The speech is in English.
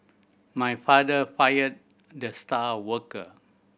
my father fired the star worker